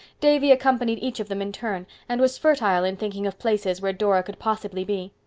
davy accompanied each of them in turn, and was fertile in thinking of places where dora could possibly be.